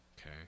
okay